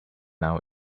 now